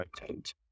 rotate